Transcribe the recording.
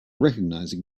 recognizing